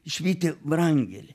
išvyti vrangelį